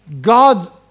God